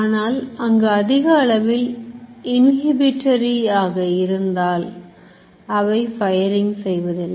ஆனால் அங்கு அதிக அளவில்inhibitory ஆக இருந்தால் அவை fire செய்வதில்லை